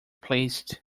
placed